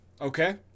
Okay